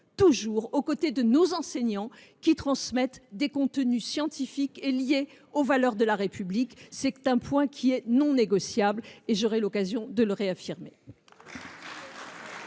toujours !– aux côtés de nos enseignants qui transmettent des contenus scientifiques et liés aux valeurs de la République. C’est un point qui est non négociable et j’aurai l’occasion de le réaffirmer.